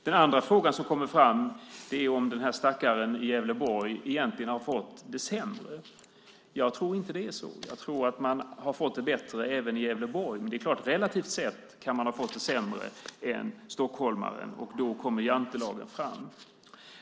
Den andra fråga som kommer fram är om stackaren i Gävleborg egentligen har fått det sämre. Jag tror inte att det är så. Jag tror att man har fått det bättre även i Gävleborg. Men det är klart att man kan ha fått det sämre än stockholmaren relativt sett. Då kommer jantelagen fram.